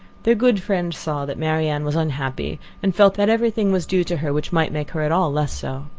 their good friend saw that marianne was unhappy, and felt that every thing was due to her which might make her at all less so.